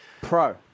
Pro